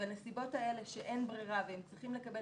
בנסיבות האלה שאין ברירה והם צריכים לקבל